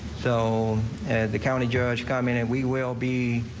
so and the county judge com and and we will be